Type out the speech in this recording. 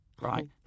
right